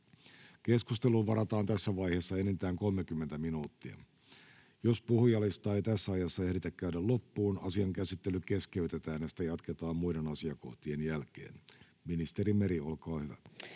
Keskusteluun varataan tässä vaiheessa enintään 30 minuuttia. Jos puhujalistaa ei tässä ajassa ehditä käydä loppuun, asian käsittely keskeytetään ja sitä jatketaan muiden asiakohtien jälkeen. — Ministeri Meri, olkaa hyvä.